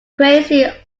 crazy